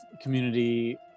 community